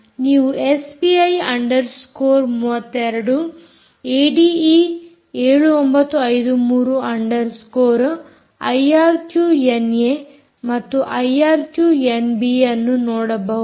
ನೀವು SPI underscore 32 ಏಡಿಈ7953 underscore IRQNA ಮತ್ತು ಐಆರ್ಕ್ಯೂಎನ್ಏಬಿಯನ್ನು ನೋಡಬಹುದು